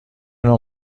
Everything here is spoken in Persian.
نوع